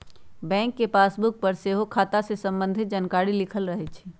bank के passbook पर सेहो खता से संबंधित जानकारी लिखल रहै छइ